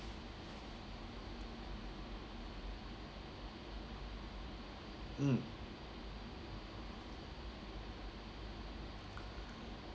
mm